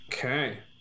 Okay